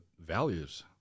values